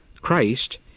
Christ